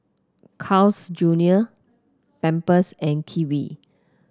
Carl's Junior Pampers and Kiwi